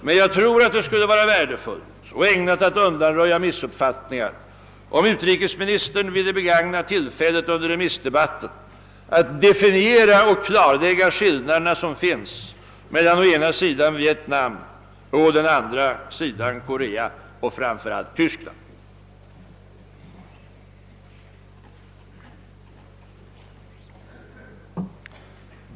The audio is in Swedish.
Men jag tror att det skulle vara värdefullt och ägnat att undanröja missuppfattningar, om utrikesministern ville begagna tillfället att under remissdebat ten definiera och klarlägga de skillnader som finns mellan å ena sidan Vietnam och å andra sidan Korea och framför allt Tyskland.